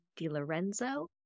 DiLorenzo